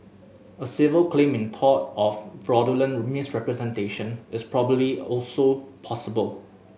a civil claim in tort of fraudulent misrepresentation is probably also possible